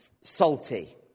salty